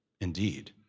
indeed